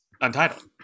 untitled